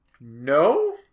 No